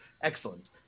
excellent